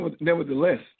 nevertheless